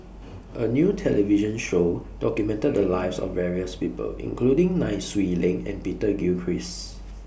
A New television Show documented The Lives of various People including Nai Swee Leng and Peter Gilchrist